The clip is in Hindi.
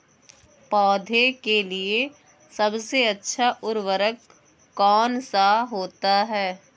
पौधे के लिए सबसे अच्छा उर्वरक कौन सा होता है?